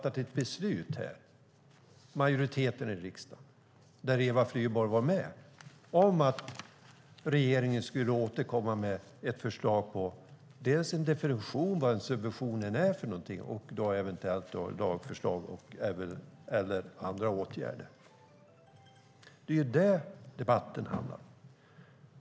Majoriteten i riksdagen, där Eva Flyborg var med, har fattat ett beslut om att regeringen skulle återkomma med ett förslag på definition av vad en subvention är för någonting och eventuellt lagförslag eller andra åtgärder. Det är vad debatten handlar om.